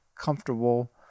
comfortable